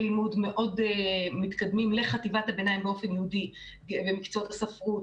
לימוד מאוד מתקדמים לחטיבת הביניים באופן ייעודי במקצועות הספרות,